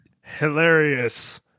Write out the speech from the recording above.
hilarious